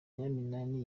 nyiraminani